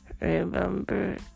remember